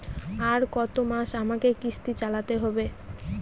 আর কতমাস আমাকে কিস্তি চালাতে হবে?